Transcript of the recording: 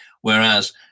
whereas